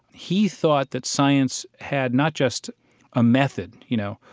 he thought that science had not just a method, you know,